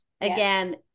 again